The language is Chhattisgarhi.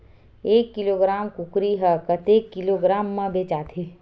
एक किलोग्राम कुकरी ह कतेक किलोग्राम म बेचाथे?